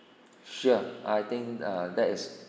sure I think err that is